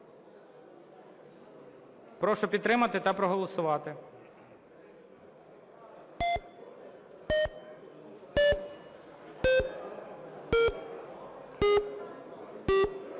Прошу підтримати та проголосувати.